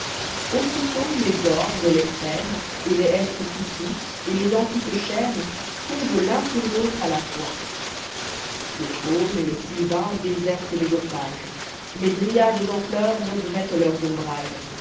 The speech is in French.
aussitôt les ormes les frênes et les hêtres touffus et les antiques chênes tombent l'un sur l'autre à la fois les faunes les sylvains désertent les bocages les dryades en pleurs regrettent leurs ombrages